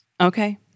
Okay